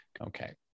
Okay